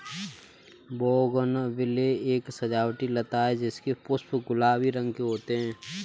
bougainvillea एक सजावटी लता है जिसके पुष्प गुलाबी रंग के होते है